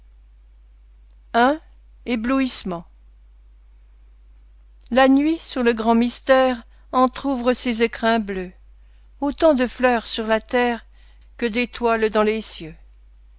la nuit sur le grand mystère entr'ouvre ses écrins bleus autant de fleurs sur la terre que d'étoiles dans les cieux